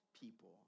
people